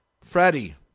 Freddie